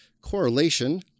correlation